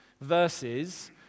versus